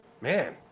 Man